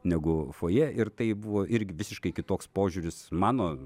negu fojė ir tai buvo irgi visiškai kitoks požiūris mano